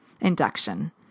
induction